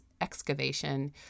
excavation